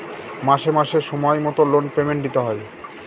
মাসে মাসে সময় মতো লোন পেমেন্ট দিতে হয়